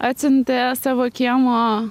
atsiuntė savo kiemo